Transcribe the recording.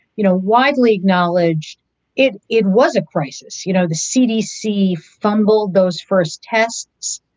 you know widely acknowledged it. it was a crisis. you know the cdc fumbled those first tests.